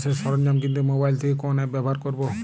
চাষের সরঞ্জাম কিনতে মোবাইল থেকে কোন অ্যাপ ব্যাবহার করব?